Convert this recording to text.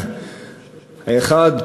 האחד,